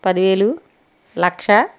పదివేలు లక్ష